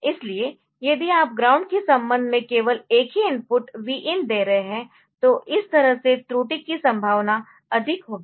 इसलिए यदि आप ग्राउंड के संबंध में केवल एक ही इनपुट Vin दे रहे है तो इस तरह से त्रुटि की संभावना अधिक होगी